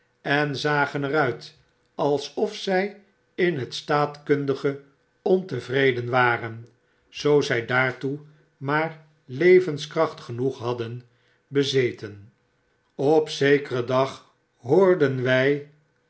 en zagen er uit alsof zij in het staatkundige ontevreden waren zoo zy daartoe maar levenskracht genoeg hadden bezeten op zekeren dag hoorden wy